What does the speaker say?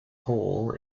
hall